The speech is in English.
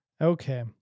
Okay